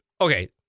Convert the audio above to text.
Okay